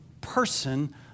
person